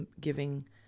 giving